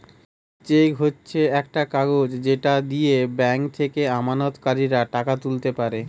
check হচ্ছে একটা কাগজ যেটা দিয়ে ব্যাংক থেকে আমানতকারীরা টাকা তুলতে পারে